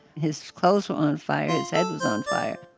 his clothes were on fire. his head was on fire.